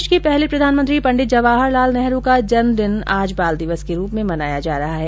देश के पहले प्रधानमंत्री पंडित जवाहर लाल नेहरू का जन्मदिन आज बाल दिवस के रूप में मनाया जा रहा है